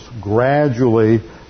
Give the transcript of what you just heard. gradually